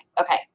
Okay